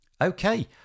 Okay